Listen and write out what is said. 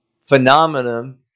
phenomenon